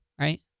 right